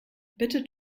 bitte